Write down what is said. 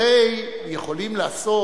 הרי הם יכולים לעשות